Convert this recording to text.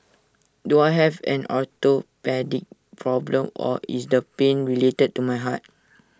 do I have an orthopaedic problem or is the pain related to my heart